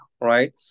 right